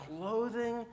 clothing